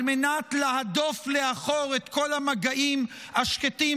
על מנת להדוף לאחור את כל המגעים השקטים